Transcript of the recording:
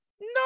no